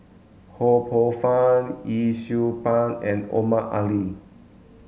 Ho Poh Fun Yee Siew Pun and Omar Ali